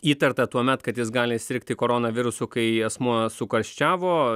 įtarta tuomet kad jis gali sirgti koronavirusu kai asmuo sukarščiavo